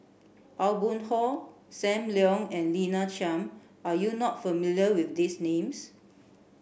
Aw Boon Haw Sam Leong and Lina Chiam are you not familiar with these names